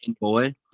Boy